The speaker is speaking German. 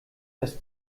das